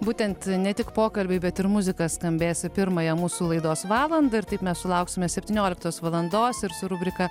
būtent ne tik pokalbiai bet ir muzika skambės pirmąją mūsų laidos valandą ir taip mes sulauksime septynioliktos valandos ir su rubrika